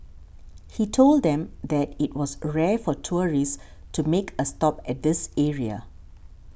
he told them that it was rare for tourists to make a stop at this area